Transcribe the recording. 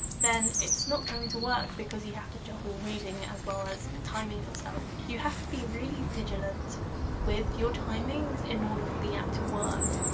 then it's not going to work because you have to juggle reading as well as timing yourself. you have to be really diligent with your timings in order for the app to work,